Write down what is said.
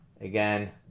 again